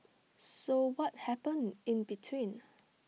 so what happened in between